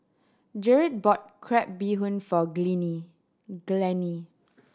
Jered bought crab bee hoon for Glennie